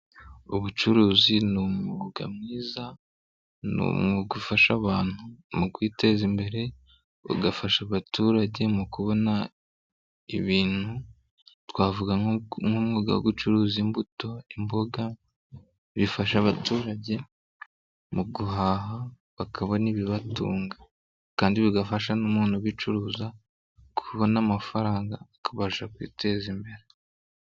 Ubucuruzi ni umwuga mwiza, ni umwuga ufasha abantu mu kwiteza imbere, bigafasha abaturage mu kubona ibintu twavuga nk'umwuga wo gucuruza imbuto, imboga, bifasha abaturage mu guhaha bakabona ibibatunga kandi bigafasha n'umuntu ubicuruza kubona amafaranga akabasha kwiteza imbere.